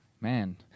man